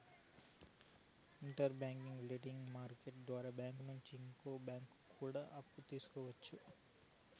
inter bank lending market ద్వారా bank నుంచి ఇంకో బ్యాంకు కూడా అప్పు తీసుకోవచ్చు